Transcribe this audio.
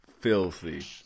filthy